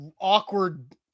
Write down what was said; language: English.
awkward